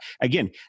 again